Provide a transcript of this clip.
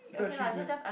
it's not tricks meh